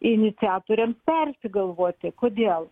iniciatoriams persigalvoti kodėl